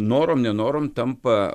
norom nenorom tampa